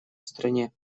стране